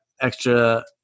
extra